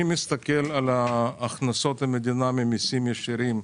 מסתכל על הכנסות המדינה ממסים ישירים,